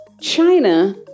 China